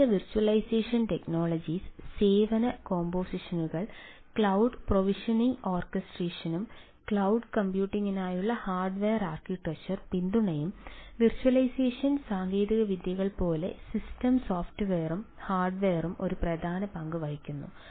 മികച്ച virtualisation technologies സാങ്കേതികവിദ്യകൾ പോലെ സിസ്റ്റം സോഫ്റ്റ്വെയറും ഹാർഡ്വെയറും ഒരു പ്രധാന പങ്ക് വഹിക്കുന്നു